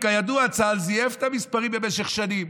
כידוע, צה"ל זייף את המספרים במשך שנים.